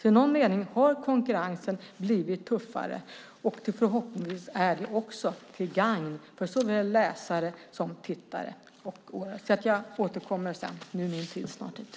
I någon mening har konkurrensen blivit tuffare, och förhoppningsvis är det också till gagn för såväl läsare som tittare.